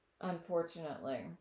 unfortunately